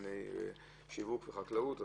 בענייני שיווק וחקלאות.